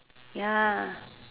ya